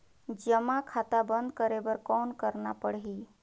जमा खाता बंद करे बर कौन करना पड़ही?